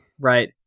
Right